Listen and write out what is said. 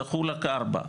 זכו רק ארבע,